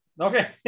Okay